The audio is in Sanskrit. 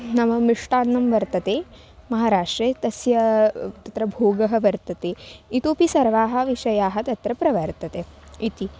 नाम मिष्टान्नं वर्तते महाराष्ट्रे तस्य तत्र भोगः वर्तते इतोऽपि सर्वे विषयाः तत्र प्रवर्तन्ते इति